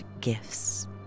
gifts